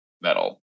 metal